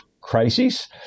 crises